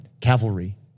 cavalry